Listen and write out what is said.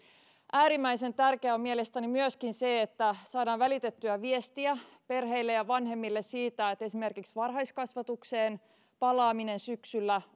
äärimmäisen tärkeää on mielestäni myöskin se että saadaan välitettyä viestiä perheille ja vanhemmille siitä että esimerkiksi varhaiskasvatukseen palaaminen syksyllä